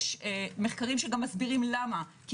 יש מחקרים שמסבירים למה כי